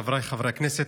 חבריי חברי הכנסת,